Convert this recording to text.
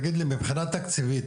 תגיד לי, מבחינה תקציבית,